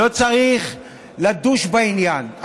לא צריך לדוש בעניין.